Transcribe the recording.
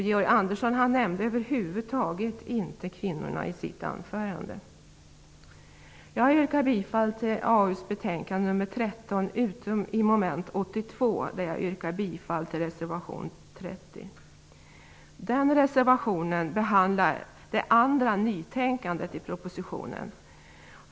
Georg Andersson nämnde över huvud taget inte kvinnorna i sitt anförande. Jag yrkar bifall till hemställan i AU:s betänkande 13, förutom i mom. 82 där jag yrkar bifall till reservation 30. Reservation 30 behandlar det andra nytänkandet i propositionen.